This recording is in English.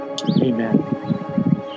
amen